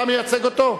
אתה מייצג אותו?